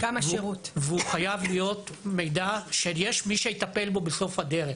הוא חייב להיות מידע שיש מי שיטפל בו בסוף הדרך.